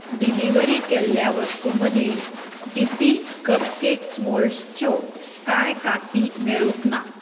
delivery केल्ल्या वस्तूं मदीं डी पी कपकेक मोल्ड्सच्यो कांय काशी मेळूंंक ना